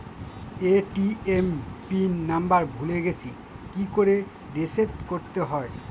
ATM PIN number ভুলে গেছি কি করে রিসেট করতে হয়?